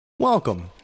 Welcome